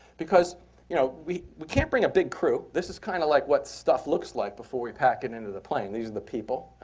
because you know we we can't bring a big crew this is kind of like what stuff looks like before we pack it into the plane. these are the people.